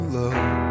love